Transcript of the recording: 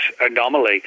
anomaly